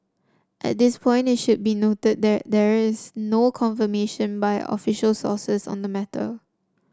at this point it should be noted that there is no confirmation by official sources on the matter